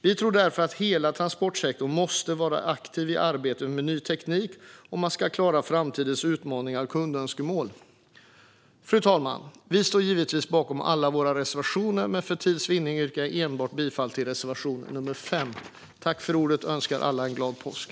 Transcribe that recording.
Vi tror därför att hela transportsektorn måste vara aktiv i arbetet med ny teknik om man ska klara framtidens utmaningar och kundönskemål. Fru talman! Vi står givetvis bakom alla våra reservationer, men för tids vinnande yrkar jag bifall enbart till reservation nr 5. Jag tackar för ordet och önskar alla en glad påsk!